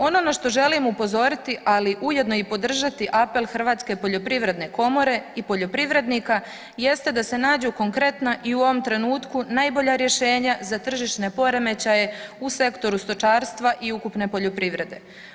Ono na što želim upozoriti ali ujedno i podržati apel Hrvatske poljoprivredne komore i poljoprivrednika jeste da se nađu konkretna i u ovom trenutku najbolja rješenja za tržišne poremećaje u sektoru stočarstva i ukupne poljoprivrede.